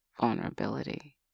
vulnerability